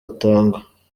atangwa